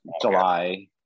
July